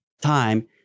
time